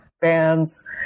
bands